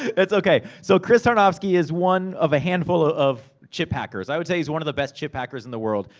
it's okay, so chris tarnovsky, is one of a handful ah of chip hackers. i would say he's one of the best chip hackers in the world.